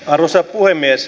arvoisa puhemies